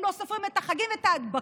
הם לא סופרים את החגים ואת ההדבקות,